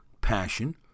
passion